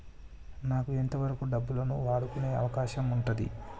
నాకు ఎంత వరకు డబ్బులను వాడుకునే అవకాశం ఉంటది?